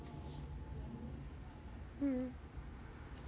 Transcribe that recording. mm mm